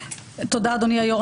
תודה אדוני היו"ר,